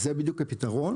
זה בדיוק הפתרון,